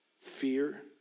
fear